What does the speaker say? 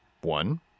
One